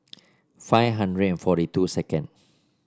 five hundred and forty two second